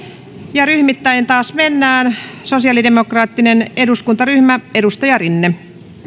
ryhmittäin taas mennään sosiaalidemokraattinen eduskuntaryhmä edustaja rinne arvoisa